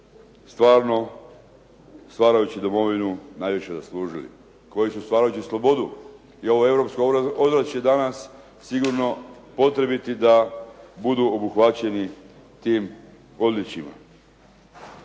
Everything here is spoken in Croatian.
stvarno stvarajući domovinu najviše zaslužili, koji su stvarajući slobodu i ovo europsko ozračje danas sigurno potrebiti da budu obuhvaćeni tim odličjima.